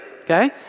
okay